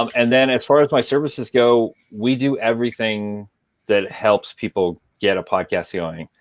um and then as far as my services go, we do everything that helps people get a podcast going.